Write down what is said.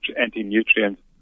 anti-nutrients